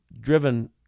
driven